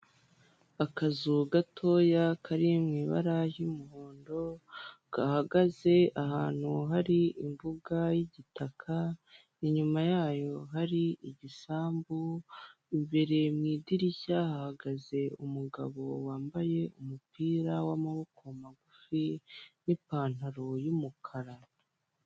Akazu gatoya kari mu ibara ry'umuhondo gahagaze ahantu hari imbuga y'igitaka, inyuma yayo hari igisambu, imbere mu idirishya hahagaze umugabo wambaye umupira w'amaboko magufi n'ipantaro y'umukara.